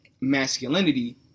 masculinity